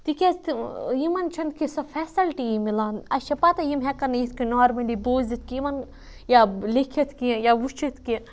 تکیاز یِمَن چھَنہٕ تٕژھ سۄ فیسَلٹیی مِلان اَسہِ چھِ پَتہ یِم ہیٚکَن نہٕ یِتھکنۍ نارمٔلی بوٗزِتھ کینٛہہ یِمَن یا لیٚکھِتھ کینٛہہ یا وُچھِتھ کینٛہہ